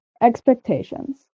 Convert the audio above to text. Expectations